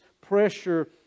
pressure